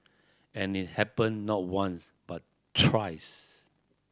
and it happened not once but thrice